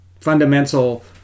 fundamental